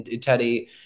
Teddy